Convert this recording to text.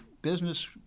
business